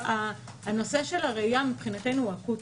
הנושא של הראיה מבחינתנו הוא אקוטי.